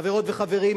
חברות וחברים,